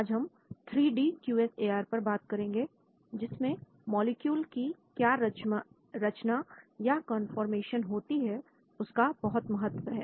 आज हम three D Q S A R पर बात करेंगे जिसमें मॉलिक्यूल की क्या रचना या कौनफॉरमेशन होती है उसका बहुत महत्व है